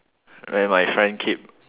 then my friend keep